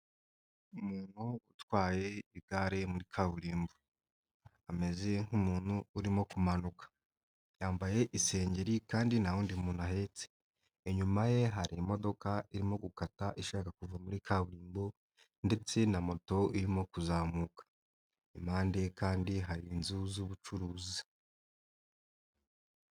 Umuntu utwaye igare muri kaburimbo, ameze nk'umuntu urimo kumanuka yambaye isengeri kandi nta wundi muntu ahetse, inyuma ye hari imodoka irimo gukata ishaka kuva muri kaburimbo, ndetse na moto irimo kuzamuka impande ye kandi hari inzu z'ubucuruzi.